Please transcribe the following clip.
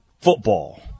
football